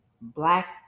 black